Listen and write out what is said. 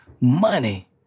money